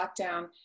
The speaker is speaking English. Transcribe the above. lockdown